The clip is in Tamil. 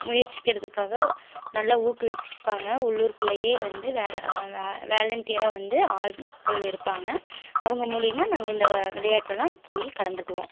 முயற்சிக்கிறதுக்காக நல்லா ஊக்குவிப்பாங்கள் உள்ளூர்க்குள்ளேயே வந்து வேலை வேலன்ட்டியராக வந்து ஆள்கள் இருப்பாங்கள் அவங்க மூலயமா நாங்கள் இந்த விளையாட்டுலாம் போய் கலந்துக்குவோம்